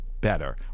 better